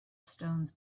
stones